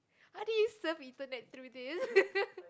how do you surf internet through this